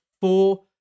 four